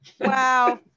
Wow